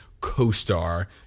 Co-star